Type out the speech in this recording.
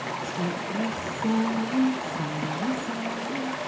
strut miss sally, sally sally.